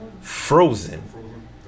Frozen